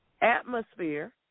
Atmosphere